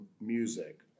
music